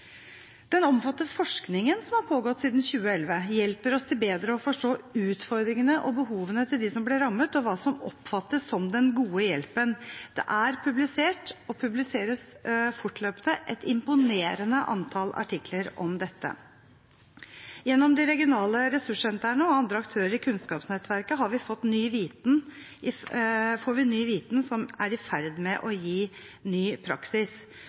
Den omfattende forskningen som har pågått siden 2011, hjelper oss til bedre å forstå utfordringene og behovene til dem som ble rammet, og hva som oppfattes som den gode hjelpen. Det er publisert – og publiseres fortløpende – et imponerende antall artikler om dette. Gjennom de regionale ressurssentrene og andre aktører i kunnskapsnettverket får vi ny viten som er i ferd med å gi ny praksis. Som grunnlag for å vurdere behovet for en ny